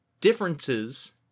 differences